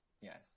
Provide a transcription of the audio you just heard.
yes